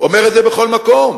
אומר את זה בכל מקום,